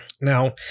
now